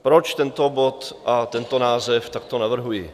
Proč tento bod a tento název takto navrhuji?